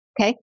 Okay